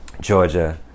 Georgia